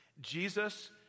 Jesus